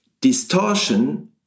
distortion